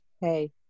hey